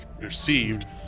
received